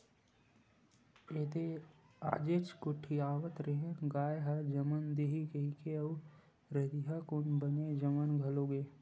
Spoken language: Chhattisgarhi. एदे आजेच गोठियावत रेहेंव गाय ह जमन दिही कहिकी अउ रतिहा कुन बने जमन घलो गे